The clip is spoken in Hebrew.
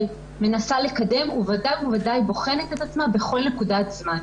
מנסה לקדם ובוודאי ובוודאי בוחנת את עצמה בכל נקודת זמן.